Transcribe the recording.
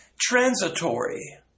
transitory